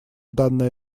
данное